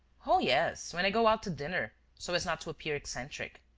oh, yes. when i go out to dinner, so as not to appear eccentric.